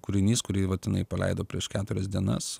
kūrinys kurį vat jinai paleido prieš keturias dienas